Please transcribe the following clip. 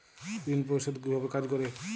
ঋণ পরিশোধ কিভাবে কাজ করে?